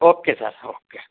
okay sir okay